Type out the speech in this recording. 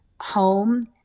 home